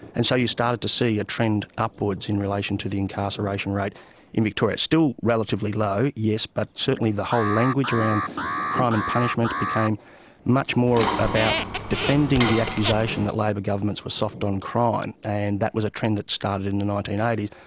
and so you started to see a trend upwards in relation to the incarceration rate in victoria, still relatively low, yes, but certainly the whole language around crime and punishment became much more about defending the accusation that labor governments were soft on crime, and that was a trend that started in the nineteen eighty s.